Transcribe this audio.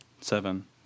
seven